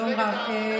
שלום רב.